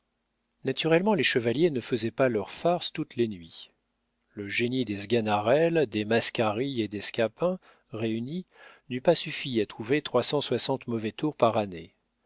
naturellement les chevaliers ne faisaient pas leurs farces toutes les nuits le génie des sganarelle des mascarille et des scapin réunis n'eût pas suffi à trouver trois cent soixante mauvais tours par année